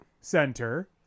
Center